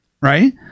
right